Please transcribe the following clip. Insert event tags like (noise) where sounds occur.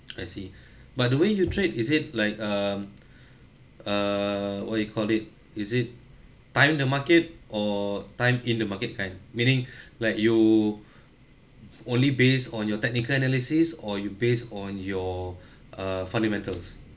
(noise) I see (breath) by the way you trade is it like um (breath) err what it called it is it time the market or time in the market kind meaning (breath) like you only based on your technical analysis or you based on your (breath) uh fundamentals